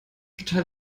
geteilt